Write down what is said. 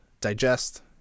digest